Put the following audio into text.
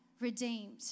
redeemed